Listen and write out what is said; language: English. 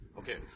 Okay